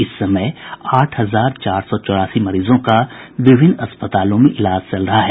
इस समय आठ हजार चार सौ चौरासी मरीजों का विभिन्न अस्पतालों में इलाज चल रहा है